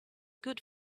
good